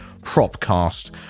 Propcast